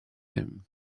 him